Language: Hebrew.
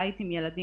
בית עם ילדים.